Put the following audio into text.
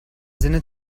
sinne